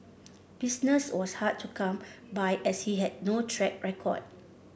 business was hard to come by as he had no track record